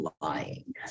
lying